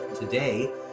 Today